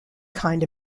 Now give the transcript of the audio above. kind